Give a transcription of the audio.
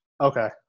Okay